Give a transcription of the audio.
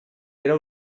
era